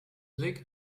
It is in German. blick